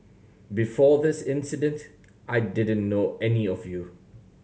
before this incident I didn't know any of you